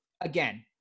again